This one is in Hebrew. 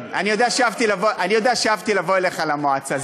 אני יודע שאהבתי לבוא אליך למועצה.